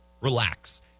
relax